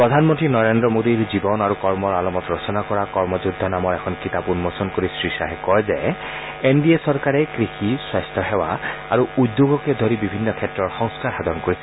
প্ৰধান মন্ত্ৰী নৰেন্দ্ৰ মোদীৰ জীৱন আৰু কৰ্মৰ আলমত ৰচনা কৰা কৰ্মযোদ্ধা নামৰ এখন কিতাপ উন্মোচন কৰি শ্ৰীশ্বাহে কয় যে এনডিএ চৰকাৰে কৃষি স্বাস্থ্য সেৱা আৰু উদ্যোগকে ধৰি বিভিন্ন ক্ষেত্ৰৰ সংস্কাৰ সাধন কৰিছে